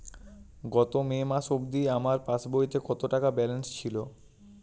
গত মে মাস অবধি আমার পাসবইতে কত টাকা ব্যালেন্স ছিল?